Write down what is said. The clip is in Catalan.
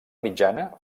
mitjana